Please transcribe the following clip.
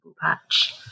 patch